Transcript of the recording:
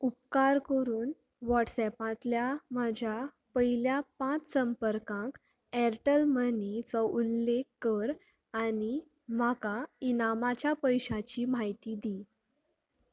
उपकार करून व्हॉट्सॲपांतल्या म्हज्या पयल्या पांच संपर्कांक ऍरटॅल मनीचो उल्लेख कर आनी म्हाका इनामाच्या पयशांची म्हायती दी